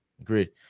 Agreed